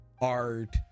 art